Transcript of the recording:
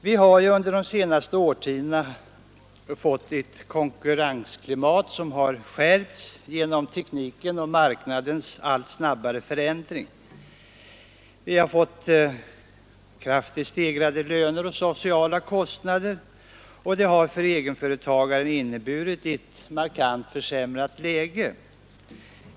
Vi har under de senaste årtiondena fått ett konkurrensklimat som har skärpts genom teknikens och marknadens allt snabbare förändring. Vi har fått kraftigt stegrade löner och sociala kostnader, och det har för egenföretagaren inneburit ett markant försämrat läge.